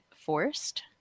forced